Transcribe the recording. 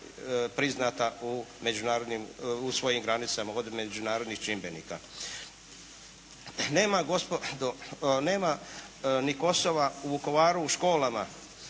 priznata u svojim granicama od međunarodnih čimbenika. Nema gospodo ni Kosova u Vukovaru u školama.